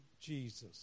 Jesus